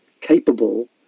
capable